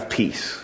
peace